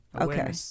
Okay